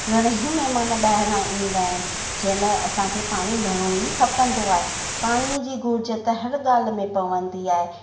घणाई महिमान ॿाहिरां ईंदा आहिनि जंहिं लाइ असांखे पाणी घणो ई खपंदो आहे पाणीअ जी घुरिज त हर ॻाल्हि में पवंदी आहे